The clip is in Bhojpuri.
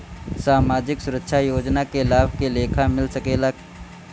सामाजिक सुरक्षा योजना के लाभ के लेखा मिल सके ला?